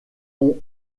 ont